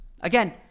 Again